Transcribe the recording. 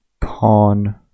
pawn